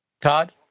todd